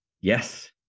Yes